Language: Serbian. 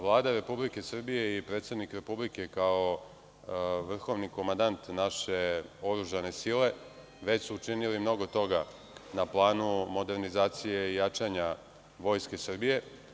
Vlada Republike Srbije i predsednik Republike, kao vrhovni komandant naše oružane sile, već su učinili mnogo toga na planu modernizacije i jačanja Vojske Srbije.